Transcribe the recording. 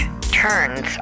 turns